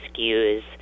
skews